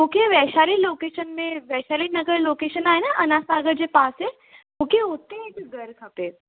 मूंखे वैशाली लोकेशन में वैशाली नगर लोकेशन आहे अना सागर जे पासे मूंखे उते हिकु घरु खपे